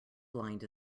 blind